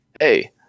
hey